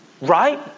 Right